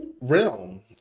realm